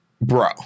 bro